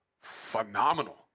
phenomenal